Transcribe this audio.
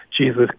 Jesus